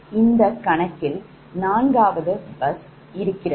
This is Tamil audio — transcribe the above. இந்தக் கணக்கில் 4 bus இருக்கிறது